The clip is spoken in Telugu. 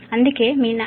అందుకే మీ 4500 0